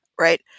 Right